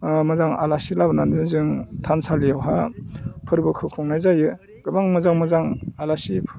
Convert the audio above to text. मोजां आलासि लाबोनानैनो जों थानसालियावहाय फोरबोखौ खुंनाय जायो गोबां मोजां मोजां आलासि